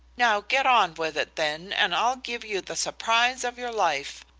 now get on with it, then, and i'll give you the surprise of your life.